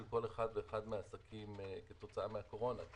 כל אחד ואחד מהעסקים כתוצאה מהקורונה.